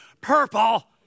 Purple